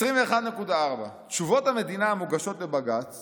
21.4, "תשובות המדינה המוגשות לבג"ץ